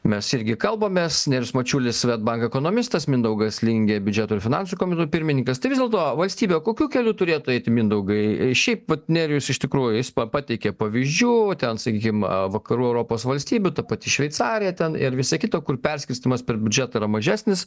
mes irgi kalbamės nerijus mačiulis swedbank ekonomistas mindaugas lingė biudžeto ir finansų komiteto pirmininkas tai vis dėlto valstybė kokiu keliu turėtų eiti mindaugai šiaip vat nerijus iš tikrųjų jis pateikė pavyzdžių ten sakykim vakarų europos valstybių ta pati šveicarija ten ir visą kitą kur perskirstymas per biudžetą yra mažesnis